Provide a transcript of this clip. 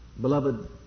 Beloved